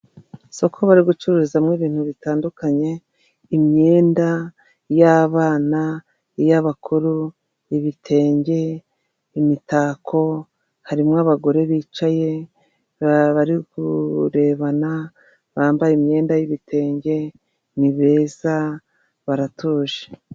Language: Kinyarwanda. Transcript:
Isoko bari gucuruzamo ibintu bitandukanye imyenda y'abana iy'abakuru ibitenge imitako harimo abagore bicaye bari kurebana bambaye imyenda y'ibitenge ni beza baratuje.